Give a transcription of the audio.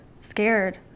scared